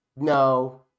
No